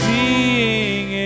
Seeing